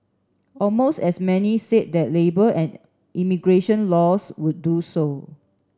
almost as many said that labour and immigration laws would do so